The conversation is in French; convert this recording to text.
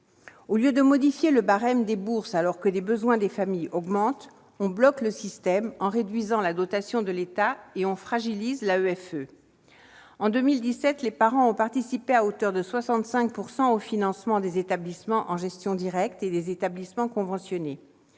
Au lieu de modifier le barème des bourses alors que les besoins des familles augmentent, on bloque le système en réduisant la dotation de l'État, et on fragilise l'AEFE. En 2017, les parents ont participé à hauteur de 65 % au financement des établissements en gestion directe et des établissements conventionnés.